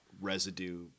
residue